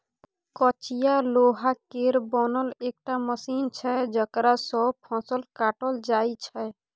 कचिया लोहा केर बनल एकटा मशीन छै जकरा सँ फसल काटल जाइ छै